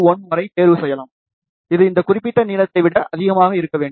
51 வரை தேர்வு செய்யலாம் இது இந்த குறிப்பிட்ட நீளத்தை விட அதிகமாக இருக்க வேண்டும்